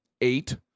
eight